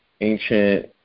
ancient